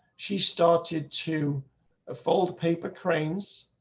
she started to ah fold paper cranes.